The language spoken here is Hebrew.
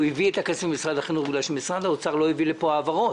הוא הביא את הכסף ממשרד החינוך בגלל שמשרד האוצר לא הביא לפה העברות.